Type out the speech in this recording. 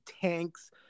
tanks